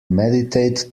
meditate